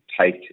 take